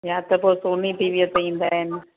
या त पोइ सोनी टी वीअ ते ईंदा आहिनि